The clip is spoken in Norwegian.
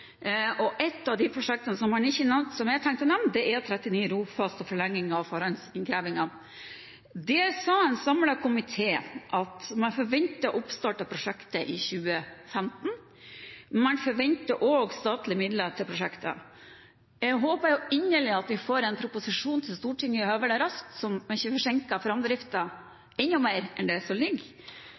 Et av prosjektene han ikke nevnte, og som jeg har tenkt å nevne, er E39 Rogfast og forlenging av forhåndsinnkrevingen. Der sa en samlet komité at man forventet oppstart av prosjektet i 2015. Man forventet også statlige midler til prosjektene. Jeg håper inderlig at vi får en proposisjon til Stortinget høvelig raskt, slik at man ikke forsinker framdriften enda mer